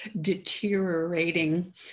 deteriorating